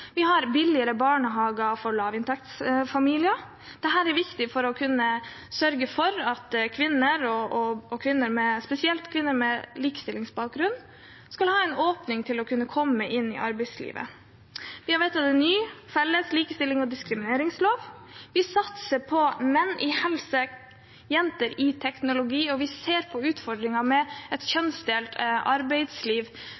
Vi har billigere barnehager for lavinntektsfamilier. Dette er viktig for å kunne sørge for at kvinner, og spesielt kvinner med minoritetsbakgrunn, skal ha en åpning for å komme inn i arbeidslivet. Vi har vedtatt en ny felles likestillings- og diskrimineringslov, vi satser på menn i helse, jenter i teknologi, og vi ser på utfordringene med et